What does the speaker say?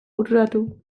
bururatu